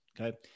Okay